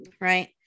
right